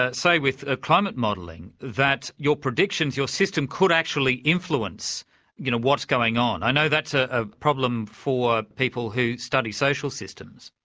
ah say with ah climate modelling, that your predictions, your system, could actually influence you know what's going on. i know that's ah a problem for people who study social systems.